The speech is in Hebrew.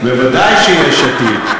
בוודאי שיש עתיד.